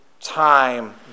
time